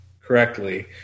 correctly